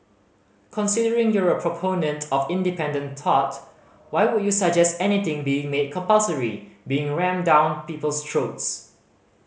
considering you're a proponent of independent thought why would you suggest anything being made compulsory being rammed down people's throats